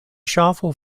ŝafo